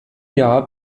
jahr